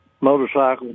motorcycle